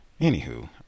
Anywho